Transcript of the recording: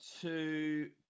two